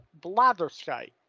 blathersky